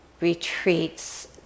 retreats